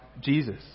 Jesus